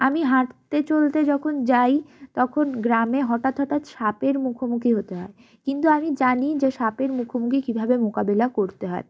আমি হাঁটতে চলতে যখন যাই তখন গ্রামে হটাৎ হটাৎ সাপের মুখোমুখি হতে হয় কিন্তু আমি জানি যে সাপের মুখোমুখি কীভাবে মোকাবেলা করতে হয়